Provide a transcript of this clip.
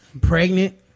pregnant